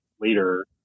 later